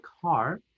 car